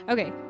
Okay